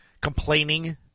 complaining